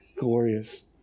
glorious